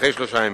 אחרי שלושה ימים.